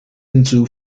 into